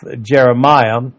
Jeremiah